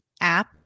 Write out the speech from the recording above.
app